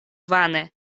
vane